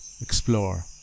explore